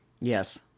Yes